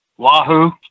Wahoo